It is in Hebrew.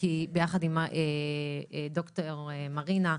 כי ביחד עם ד"ר מרינה,